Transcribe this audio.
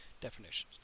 definitions